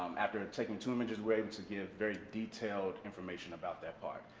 um after and taking two images we're able to give very detailed information about that part,